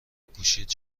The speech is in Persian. گوشیت